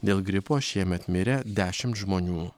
dėl gripo šiemet mirė dešimt žmonių